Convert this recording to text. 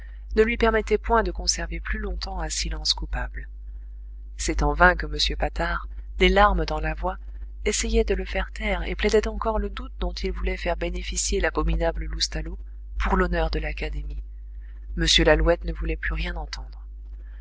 ne lui permettait point de conserver plus longtemps un silence coupable c'est en vain que m patard des larmes dans la voix essayait de le faire taire et plaidait encore le doute dont il voulait faire bénéficier l'abominable loustalot pour l'honneur de l'académie m lalouette ne voulait plus rien entendre